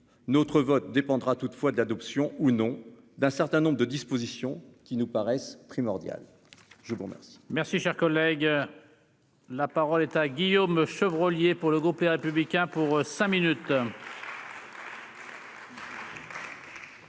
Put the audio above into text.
Notre vote dépendra toutefois de l'adoption ou non d'un certain nombre de dispositions qui nous paraissent primordiales. La parole